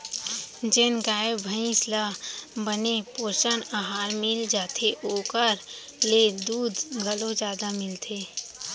जेन गाय भईंस ल बने पोषन अहार मिल जाथे ओकर ले दूद घलौ जादा मिलथे